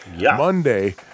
Monday